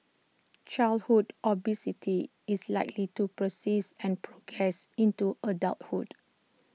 childhood obesity is likely to persist and progress into adulthood